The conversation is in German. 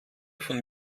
von